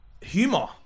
Humor